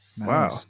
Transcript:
wow